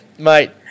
Mate